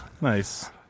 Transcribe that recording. Nice